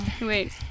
Wait